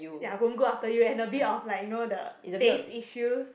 ya won't go after you and a bit of like you know the face issue